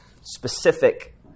specific